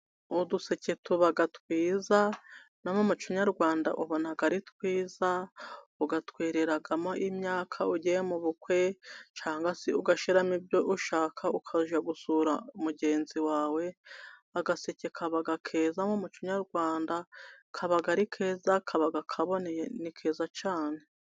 Uduseke tuba twiza, no mu muco nyarwanda ubona ari twiza, ugatwereramo imyaka ugiye mu bukwe, cyangwa se ugashyiramo ibyo ushaka, ukajya gusura mugenzi wawe, agaseke kaba keza, nk'umuco nyarwanda kaba ari keza, kaba kaboneye, ni keza cyane.